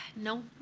no